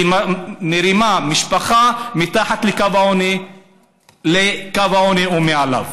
היא מרימה משפחה מתחת לקו העוני אל קו העוני או מעליו.